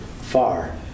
far